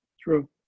True